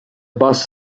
bus